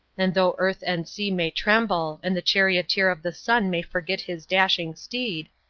and though earth and sea may tremble, and the charioteer of the sun may forget his dashing steed,